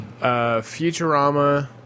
Futurama